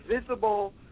visible